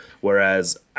Whereas